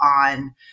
on